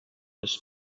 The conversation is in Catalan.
les